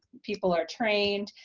people are trained,